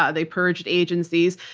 ah they purged agencies,